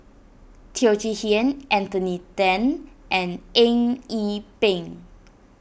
Teo Chee Hean Anthony then and Eng Yee Peng